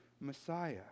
Messiah